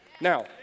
Now